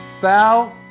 Foul